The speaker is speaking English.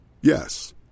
Yes